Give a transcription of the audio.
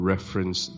Reference